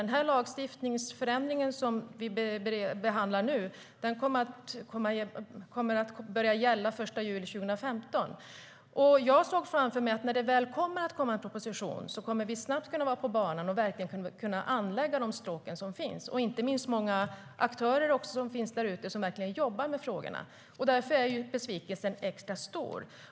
Den lagstiftningsförändring som vi behandlar nu kommer att börja gälla den 1 juli 2015. Jag såg framför mig att vi, när en proposition väl kommer, ska kunna vara på banan snabbt och kunna anlägga de stråk som finns. Det finns många aktörer där ute som jobbar med frågorna, och därför är besvikelsen extra stor.